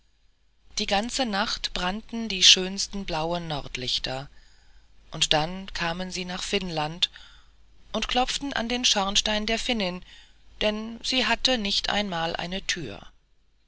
die ganze nacht brannten die schönsten blauen nordlichter und dann kamen sie nach finnland und klopften an den schornstein der finnin denn sie hatte nicht einmal eine thür